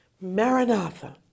Maranatha